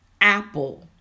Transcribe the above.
Apple